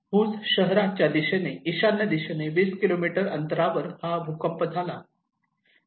भूज शहराच्या ईशान्य दिशेने २० किलोमीटर अंतरावर हा भूकंप झाला